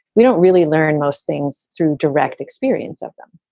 we don't really learn most things through direct experience of them.